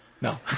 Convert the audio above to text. No